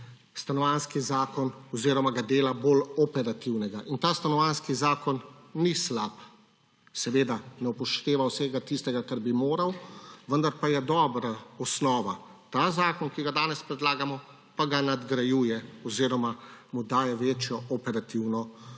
Stanovanjski zakon oziroma ga dela bolj operativnega. In Stanovanjski zakon ni slab. Seveda ne upošteva vsega tistega, kar bi moral, vendar je dobra osnova. Ta zakon, ki ga danes predlagamo, pa ga nadgrajuje oziroma mu daje večjo operativno moč.